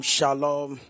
Shalom